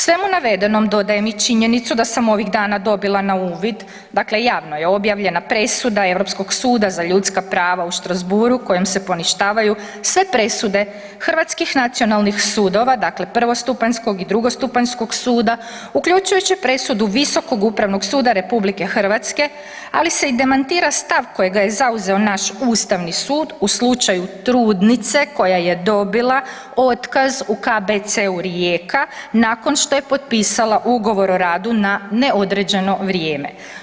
Svemu navedenom dodajem i činjenicu da sam ovih dana dobila na uvid, dakle javno je objavljena presuda Europskog suda za ljudska prava u Strasbourgu kojom se poništavaju sve presude hrvatskih nacionalnih sudova, dakle prvostupanjskog i drugostupanjskog suda uključujući presudu Visokog upravnog suda RH, ali se i demantira stav kojega je zauzeo naš Ustavni sud u slučaju trudnice koja je dobila otkaz u KBC-u Rijeka nakon što je potpisala ugovor o radu na neodređeno vrijeme.